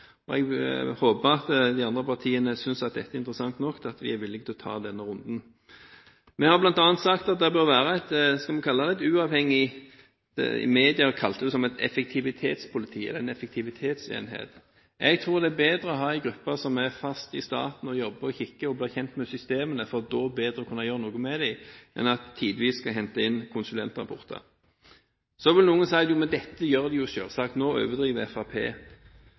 Jeg håper at de andre partiene synes at dette er interessant nok, og at man er villig til å ta denne runden. Vi har bl.a. sagt at det bør være et uavhengig – som media kaller det – effektivitetspoliti, eller en effektivitetsenhet. Jeg tror det er bedre å ha en gruppe som er fast i staten, som jobber og blir kjent med systemene for bedre å kunne gjøre noe med dem, enn at man tidvis skal hente inn konsulenter. Så vil noen si at dette gjør man jo selvsagt – nå overdriver